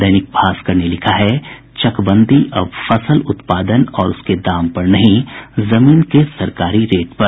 दैनिक भास्कर ने लिखा है चकबंदी अब फसल उत्पादन और उसके दाम पर नहीं जमीन के सरकारी रेट पर